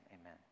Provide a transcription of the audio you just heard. amen